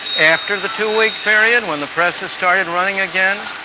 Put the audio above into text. after the two-week period, when the presses started running again,